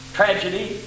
tragedy